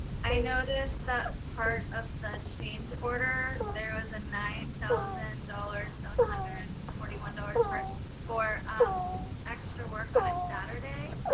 i noticed that part of the change order there was a nine thousand seven hundred and forty one dollars charge for um extra work on a saturday.